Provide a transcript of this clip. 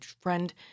friend